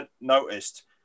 noticed